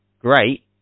great